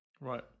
Right